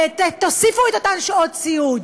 תוסיפו את אותן שעות סיעוד,